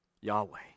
Yahweh